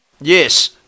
Yes